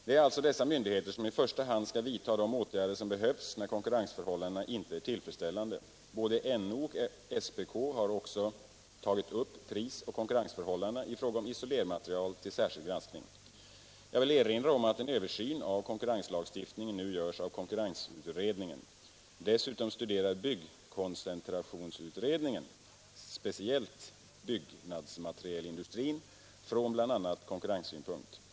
Det är alltså dessa myndigheter som i första hand skall vidta de åtgärder som behövs när konkurrensförhållandena inte är tillfredsställande. Både NO och SPK har också tagit upp prisoch konkurrensförhållandena i fråga om isolermaterial till särskild granskning. Jag vill erinra om att en översyn av konkurrenslagstiftningen nu görs av konkurrensutredningen. Dessutom studerar byggkoncentrationsutredningen speciellt byggnadsmaterialindustrin från bl.a. konkurrenssynpunkt.